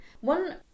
One